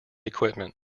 equipment